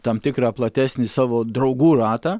tam tikrą platesnį savo draugų ratą